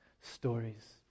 stories